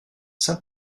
saint